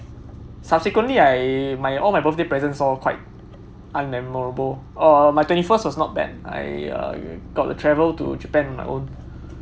subsequently I my all my birthday presents all quite unmemorable uh my twenty first was not bad I uh got to travel to japan my own